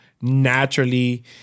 naturally